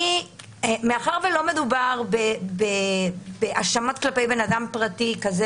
מאחר שלא מדובר באשמות כלפי בן-אדם פרטי כזה